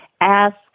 ask